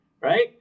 right